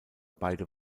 beide